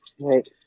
Right